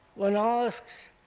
one asks,